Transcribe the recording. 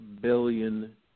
billion